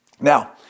Now